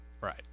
Right